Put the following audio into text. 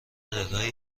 مدادهایی